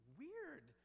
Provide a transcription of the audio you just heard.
weird